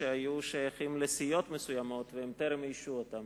שהיו שייכים לסיעות מסוימות והן טרם איישו אותם.